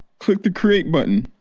click the create button.